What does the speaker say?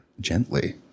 Gently